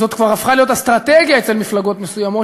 זאת כבר הפכה להיות אסטרטגיה אצל מפלגות מסוימות,